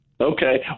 Okay